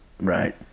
Right